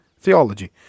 theology